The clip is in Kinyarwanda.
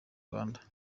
rwanda